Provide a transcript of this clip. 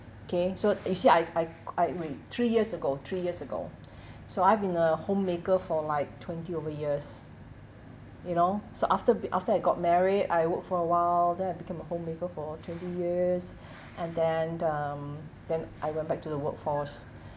okay so you see I I I wait three years ago three years ago so I've been uh homemaker for like twenty over years you know so after b~ after I got married I work for awhile then I became a homemaker for twenty years and then um then I went back to the workforce